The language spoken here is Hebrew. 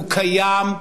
הוא קיים,